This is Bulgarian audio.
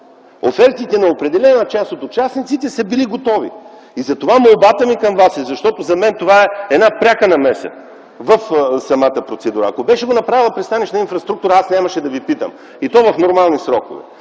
Офертите на определена част от участниците са били готови. Затова молбата ми към Вас е, защото за мен това е една пряка намеса в самата процедура. Ако беше го направила „Пристанищна инфраструктура” и то в нормални срокове,